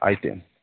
item